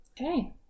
Okay